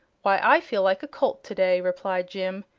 why, i feel like a colt today, replied jim.